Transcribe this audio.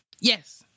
Yes